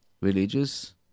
religious